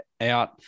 out